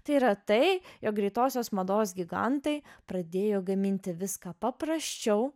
tai yra tai jog greitosios mados gigantai pradėjo gaminti viską paprasčiau